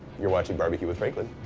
you're watching bbq with franklin.